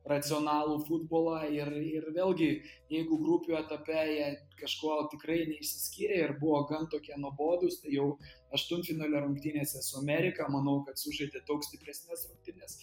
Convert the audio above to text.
racionalų futbolą ir ir vėlgi jeigu grupių etape jie kažkuo tikrai neišsiskyrė ir buvo gan tokie nuobodūs jau aštuntfinalio rungtynėse su amerika manau kad sužaidė daug stipresnes rungtynes